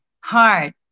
hard